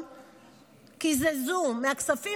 בבקשה.